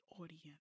audience